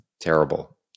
terrible